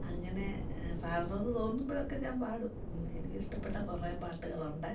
അങ്ങനെ പാടണമെന്ന് തോന്നുമ്പോഴൊക്കെ ഞാൻ പാടും എനിക്ക് ഇഷ്ടപ്പെട്ട കുറേ പാട്ടുകളുണ്ട്